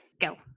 Go